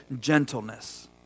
gentleness